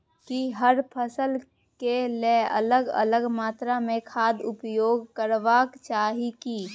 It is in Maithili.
की हर फसल के लेल अलग अलग मात्रा मे खाद उपयोग करबाक चाही की?